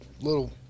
little